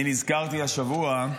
אני נזכרתי השבוע,